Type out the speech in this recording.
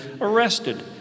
arrested